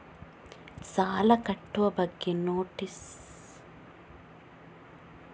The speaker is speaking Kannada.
ಸಾಲ ಕಟ್ಟುವ ವಿಧಾನ ತಿಳಿಸಿ?